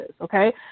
Okay